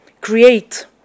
create